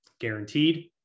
guaranteed